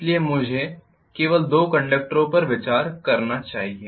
इसलिए मुझे केवल दो कंडक्टरों पर विचार करना चाहिए